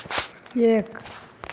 एक